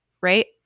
right